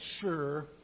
sure